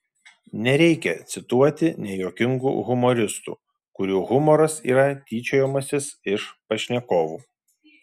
nereikia cituoti nejuokingų humoristų kurių humoras yra tyčiojimasis iš pašnekovų